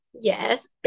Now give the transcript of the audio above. yes